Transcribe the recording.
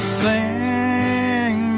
sing